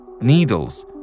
needles